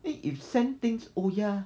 eh if send things oh ya